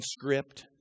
script